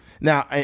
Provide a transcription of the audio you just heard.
now